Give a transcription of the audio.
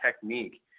technique